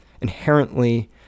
inherently